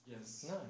Yes